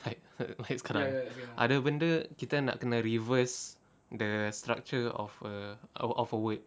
ada benda kita nak kena reverse the structure of a e~ of a word